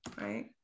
Right